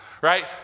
right